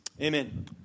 Amen